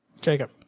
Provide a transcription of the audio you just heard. Jacob